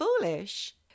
foolish